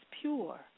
pure